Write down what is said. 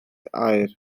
aur